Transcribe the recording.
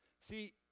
See